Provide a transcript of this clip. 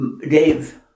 Dave